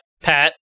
Pat